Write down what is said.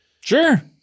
sure